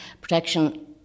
protection